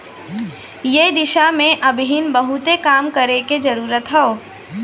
एह दिशा में अबहिन बहुते काम करे के जरुरत हौ